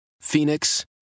Phoenix